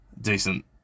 decent